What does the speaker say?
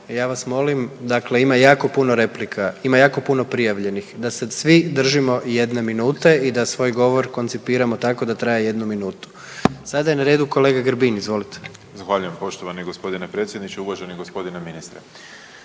Ja vas molim, dakle ima jako puno replika, ima jako puno prijavljenih, da se svi držimo jedne minute i da svoj govor koncipiramo tako da traje jednu minutu. Sada je na redu kolega Grbin, izvolite. **Grbin, Peđa (SDP)** Zahvaljujem poštovani g. predsjedniče, uvaženi g. ministre.